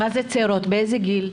מה זה צעירות, מאיזה גיל?